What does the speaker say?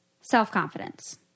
self-confidence